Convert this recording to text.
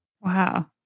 Wow